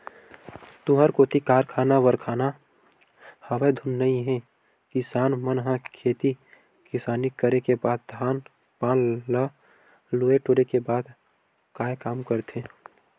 तुँहर कोती कारखाना वरखाना हवय धुन नइ हे किसान मन ह खेती किसानी करे के बाद धान पान ल लुए टोरे के बाद काय काम करथे?